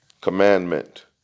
commandment